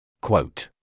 Quote